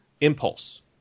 Impulse